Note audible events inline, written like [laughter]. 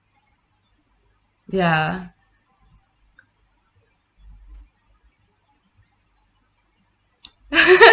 ya [noise] [laughs]